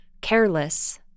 careless